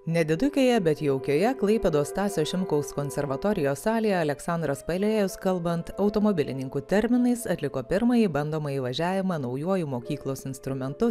nedidukėje bet jaukioje klaipėdos stasio šimkaus konservatorijos salėje aleksandras palėjus kalbant automobilininkų terminais atliko pirmąjį bandomąjį važiavimą naujuoju mokyklos instrumentu